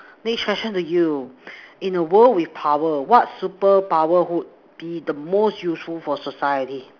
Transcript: next question to you in the world with power what superpower would be the most useful for society